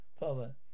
father